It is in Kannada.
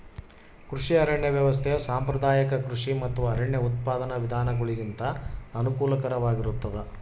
ಕೃಷಿ ಅರಣ್ಯ ವ್ಯವಸ್ಥೆ ಸಾಂಪ್ರದಾಯಿಕ ಕೃಷಿ ಮತ್ತು ಅರಣ್ಯ ಉತ್ಪಾದನಾ ವಿಧಾನಗುಳಿಗಿಂತ ಅನುಕೂಲಕರವಾಗಿರುತ್ತದ